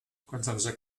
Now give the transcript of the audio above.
confondre